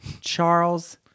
Charles